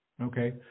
Okay